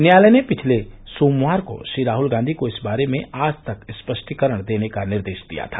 न्यायालय ने पिछले सोमवार को श्री राहल गांधी को इस बारे में आज तक स्पष्टीकरण देने का निर्देश दिया था